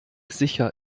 sicher